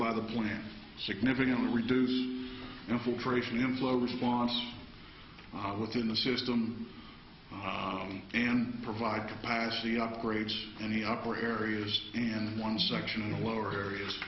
by the plans significantly reduce infiltration him slow response what in the system on and provide capacity upgrades and the upper areas and one section in the lower areas